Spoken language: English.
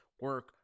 Work